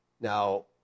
Now